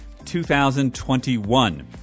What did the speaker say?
2021